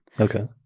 Okay